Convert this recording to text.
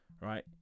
right